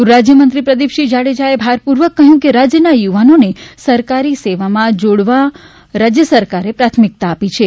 ગૃહરાજ્યમંત્રી પ્રદીપસિંહ જાડેજાએ ભારપૂર્વક કહ્યું હતું કે રાજ્યના યુવાનોને સરકારી સેવામાં જોડવાને રાજ્ય સરકારે પ્રાથમિકતા આપી છે